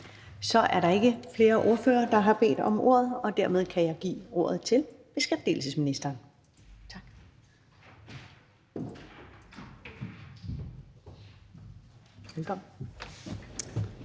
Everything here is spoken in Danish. Så er der ikke flere ordførere, der har bedt om ordet, og dermed kan jeg give ordet til beskæftigelsesministeren. Velkommen.